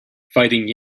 fighting